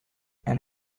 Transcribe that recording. and